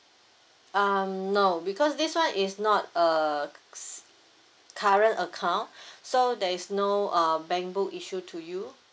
um no because this one is not uh current account so there is no err bank book issued to you